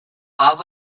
bob